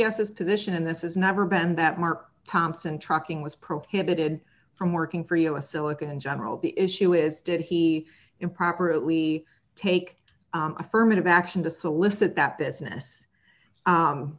as position and this has never been that mark thompson trucking was prohibited from working for us silicon general the issue is did he improperly take affirmative action to solicit that business